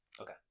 Okay